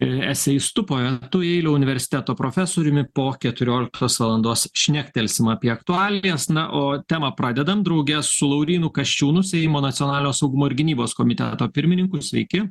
eseistu poetu jeilio universiteto profesoriumi po keturioliktos valandos šnektelsim apie aktualijas na o temą pradedam drauge su laurynu kasčiūnu seimo nacionalinio saugumo ir gynybos komiteto pirmininku sveiki